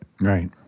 Right